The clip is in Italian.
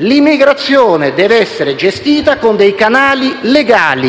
L'immigrazione deve essere gestita con dei canali legali.